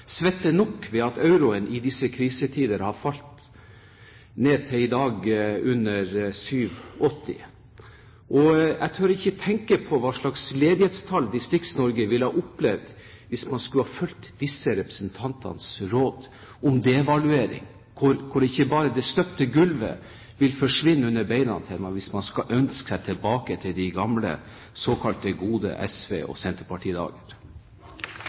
nok ved at euroen i disse krisetider har falt ned til, i dag, under kr 7,80. Jeg tør ikke tenke på hva slags ledighetstall Distrikts-Norge ville ha opplevd hvis man skulle ha fulgt disse representantenes råd om devaluering – ikke bare det støpte gulvet ville forsvinne under bena deres, hvis man hadde ønsket seg tilbake de gamle, såkalt gode SV- og